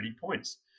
points